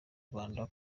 rwanda